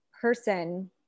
person